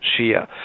Shia